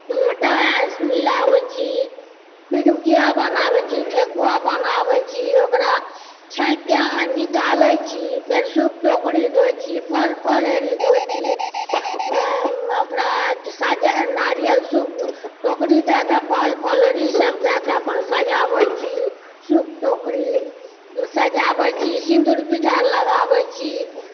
आँटा मिलाबए छी पिरुकिया बनाबए छी ठकुआ बनाबए छी ओकरा छानिके निकालए छी फेर सूप टोकरी धोए छी फल फलहरी धोएछी ओकरा सजा नारियल सूप टोकरी दएके फल फलहरी सभ दएके अपन सजाबए छी सूप टोकरी सजाबए छी सिन्दूर पिठार लगाबए छी